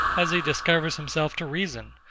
as he discovers himself to reason,